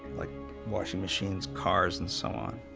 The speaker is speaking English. like washing machines, cars and so on,